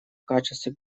качестве